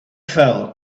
fell